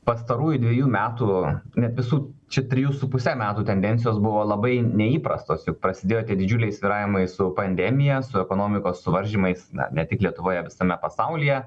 pastarųjų dvejų metų net visų čia trijų su puse metų tendencijos buvo labai neįprastos juk prasidėjo tie didžiuliai svyravimai su pandemija su ekonomikos suvaržymais na ne tik lietuvoje visame pasaulyje